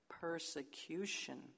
persecution